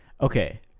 Okay